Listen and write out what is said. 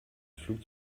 flug